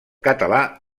català